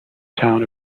town